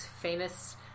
famous